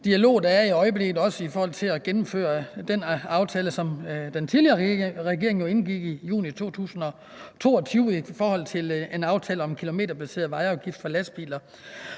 dialoger, der er i øjeblikket, også i forhold til at gennemføre den aftale, som den tidligere regering jo indgik i juni 2022, om en kilometerbaseret vejafgift for lastbiler.